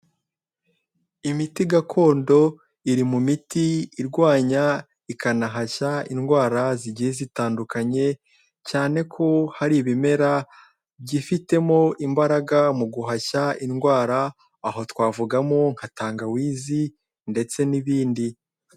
Imiti gakondo iri mu miti irwanya ikanahashya indwara zigiye zitandukanye, cyane ko hari ibimera byifitemo imbaraga mu guhashya indwara, aho twavugamo nka tangawizi ndetse n'ibindi.